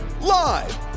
Live